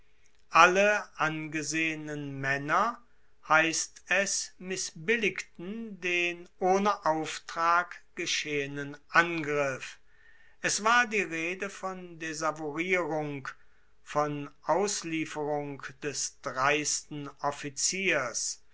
alle angesehenen maenner heisst es missbilligten den ohne auftrag geschehenen angriff es war die rede von desavouierung von auslieferung des dreisten offiziers